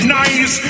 nice